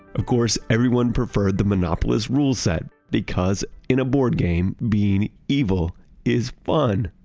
of course everyone preferred the monopolies rule set because in a board game being evil is fun,